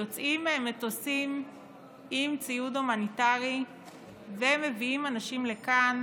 יוצאים מטוסים עם ציוד הומניטרי ומביאים אנשים לכאן.